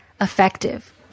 effective